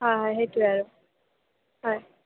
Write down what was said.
অঁ সেইটোৱেই আৰু হয়